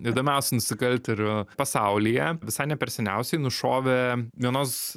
įdomiausių nusikaltėlių pasaulyje visai ne per seniausiai nušovė vienos